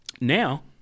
now